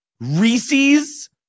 Reese's